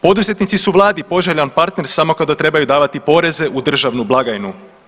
Poduzetnici su vladi poželjan partner samo kada trebaju davati poreze u državnu blagajnu.